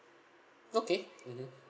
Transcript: okay mmhmm